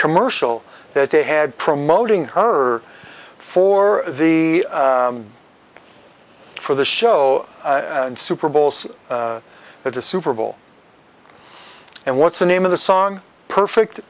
commercial that they had promoting her for the for the show super bowls at the super bowl and what's the name of the song perfect